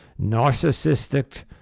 narcissistic